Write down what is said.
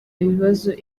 ibibazo